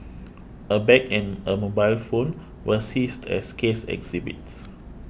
a bag and a mobile phone were seized as case exhibits